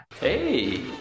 Hey